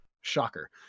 shocker